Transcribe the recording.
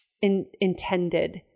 intended